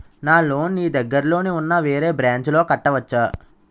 నా లోన్ నీ దగ్గర్లోని ఉన్న వేరే బ్రాంచ్ లో కట్టవచా?